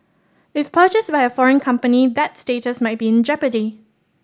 if purchased by a foreign company that status might be in jeopardy